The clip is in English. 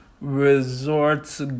resorts